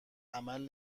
عمل